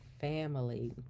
family